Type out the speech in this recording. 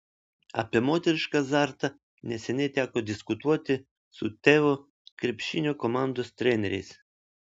apie moterišką azartą neseniai teko diskutuoti su teo krepšinio komandos treneriais